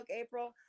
April